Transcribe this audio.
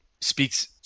speaks